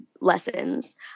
lessons